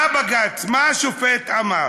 מה השופט אמר